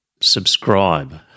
subscribe